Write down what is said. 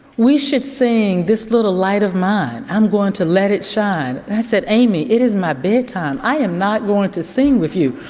we should sing this little light of mine, i'm going to let it shine. i said amy, it is my bedtime. i am not going to sing with you.